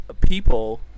people